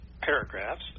paragraphs